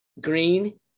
green